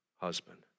husband